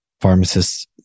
pharmacists